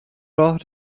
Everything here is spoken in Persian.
راه